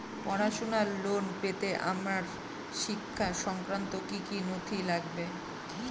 পড়াশুনোর লোন পেতে আমার শিক্ষা সংক্রান্ত কি কি নথি লাগবে?